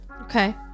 Okay